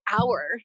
hour